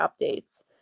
updates